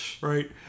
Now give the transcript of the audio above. right